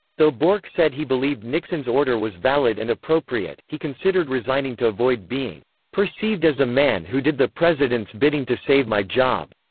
though bork said he believed nixon's order was valid and appropriate, he considered resigning to avoid being perceived as a man who did the president's bidding to save my job.